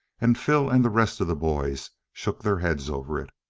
and phil and the rest of the boys shook their heads over it.